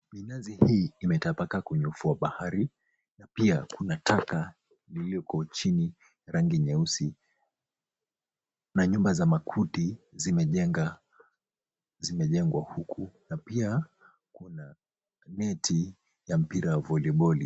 Minazi hii imetapakaa kwenye ufuo wa bahari, na pia kuna taka iliyoko chini ya rangi nyeusi, na nyumba za makuti zimejengwa huku na pia kuna neti ya mpira wa voliboli.